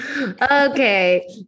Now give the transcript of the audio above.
okay